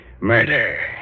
murder